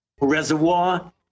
Reservoir